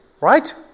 Right